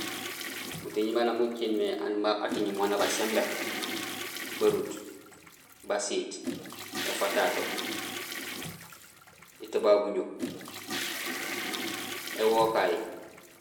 Muting maan muciil mé aan nak ating mo nabaj simbé: barut, basiit, éfatato, étubabuño, éwukay.